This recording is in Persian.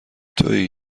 توئی